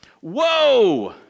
Whoa